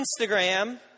Instagram